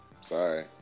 Sorry